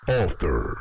author